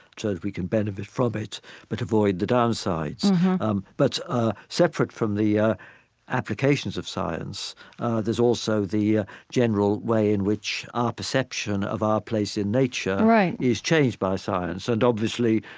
so that we can benefit from it but avoid the down sides mm-hmm um but ah separate from the ah applications of science, there is also the ah general way in which our perception of our place in nature, right, is changed by science and obviously